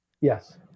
Yes